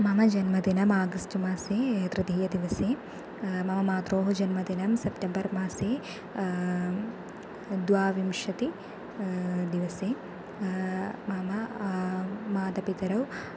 मम जन्मदिनम् आगस्ट् मासे तृतीयदिवसे मम मात्रोः जन्मदिनं सेप्टेम्बर् मासे द्वाविंशतिः दिवसे मम मातपितरौ